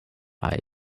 will